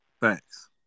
Thanks